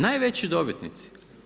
Najveći dobitnici.